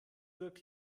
wirklich